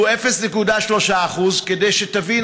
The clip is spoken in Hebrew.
שהוא 0.3% כדי שתבין,